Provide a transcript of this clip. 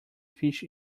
fish